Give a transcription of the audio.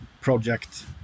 project